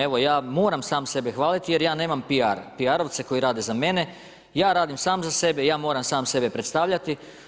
Evo ja moram sam sebe hvaliti jer ja nemam PR-a, PR-ovce koji rade za mene, ja radim sam za sebe, ja moram sam sebe predstavljati.